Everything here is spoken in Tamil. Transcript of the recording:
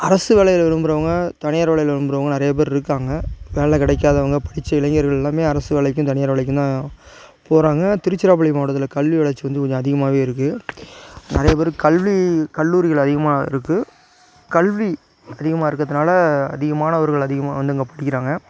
அரசு வேலைகளை விரும்புகிறவங்க தனியார் வேலைகளை விரும்புகிறவங்க நிறைய பேரு இருக்காங்க வேலை கிடைக்காதவங்க படிச்ச இளைஞர்கள் எல்லாமே அரசு வேலைக்கும் தனியார் வேலைக்கும் தான் போகிறாங்க திருச்சிராப்பள்ளி மாவட்டத்தில் கல்வி வளர்ச்சி வந்து கொஞ்சம் அதிகமாகவே இருக்குது நிறையா பேரு கல்வி கல்லூரிகள் அதிகமாக இருக்குது கல்வி அதிகமாக இருக்கத்துனால அதிக மாணவர்கள் அதிகமாக வந்து அங்கே படிக்கிறாங்க